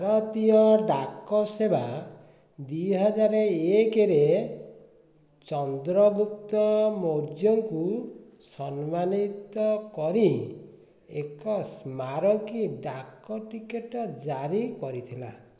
ଭାରତୀୟ ଡାକ ସେବା ଦୁଇ ହଜାର ଏକରେ ଚନ୍ଦ୍ରଗୁପ୍ତ ମୌର୍ଯ୍ୟଙ୍କୁ ସମ୍ମାନିତ କରି ଏକ ସ୍ମାରକୀ ଡାକ ଟିକଟ ଜାରି କରିଥିଲା